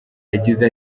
yagize